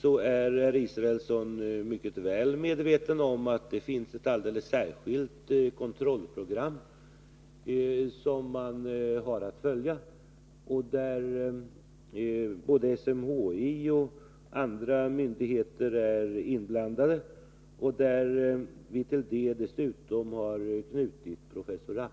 Per Israelsson är mycket väl medveten om att det här finns ett särskilt kontrollprogram som man har att följa. I denna verksamhet är både SMHI och andra myndigheter inblandade, och vi har till detta arbete dessutom knutit professor Rappe.